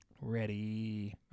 ready